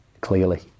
clearly